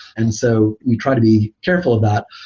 and so we try to be careful of that.